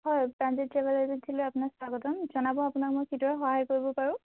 হয় প্ৰাণজিৎ ট্ৰেভেল এজেঞ্চিলৈ আপোনাক স্বাগতম জনাব আপোনাক মই কিদৰে সহায় কৰিব পাৰোঁ